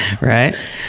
right